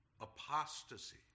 apostasy